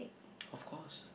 of course